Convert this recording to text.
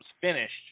finished